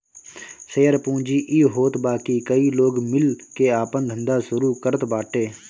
share पूंजी इ होत बाकी कई लोग मिल के आपन धंधा शुरू करत बाटे